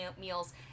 meals